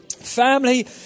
Family